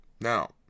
now